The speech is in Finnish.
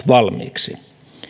valmiiksi